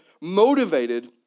motivated